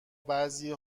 بعضی